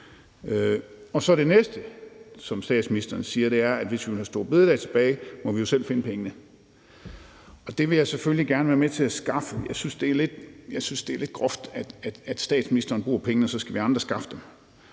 dag. Det næste, som statsministeren, er, at hvis vi vil have store bededag tilbage, må vi selv finde pengene. Det vil jeg selvfølgelig gerne være med til at skaffe, men jeg synes, det er lidt groft, at statsministeren bruger pengene, og så skal vi andre skaffe dem,